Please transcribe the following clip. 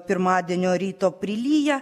pirmadienio ryto priliję